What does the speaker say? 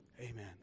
Amen